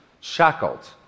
shackled